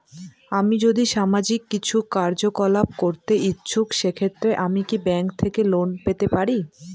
আমি যদি সামাজিক কিছু কার্যকলাপ করতে ইচ্ছুক সেক্ষেত্রে আমি কি ব্যাংক থেকে লোন পেতে পারি?